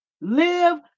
live